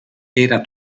era